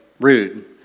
rude